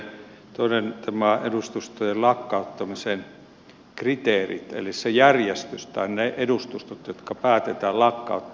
toinen on nämä edustustojen lakkauttamisen kriteerit eli se järjestys tai ne edustustot jotka päätetään lakkauttaa